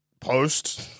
post